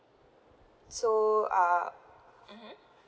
so uh mmhmm